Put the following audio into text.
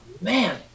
man